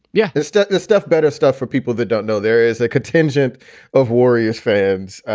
yeah, it's that and stuff. better stuff for people that don't know. there is a contingent of warriors fans.